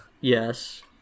Yes